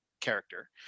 character